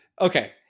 Okay